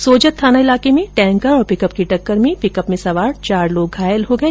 सोजत थाना इलाके में टैंकर और पिकअप की टक्कर में पिकअप में सवार चार लोग घायल हो गये